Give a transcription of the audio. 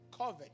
COVID